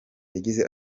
yagize